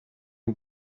who